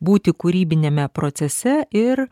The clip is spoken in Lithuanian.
būti kūrybiniame procese ir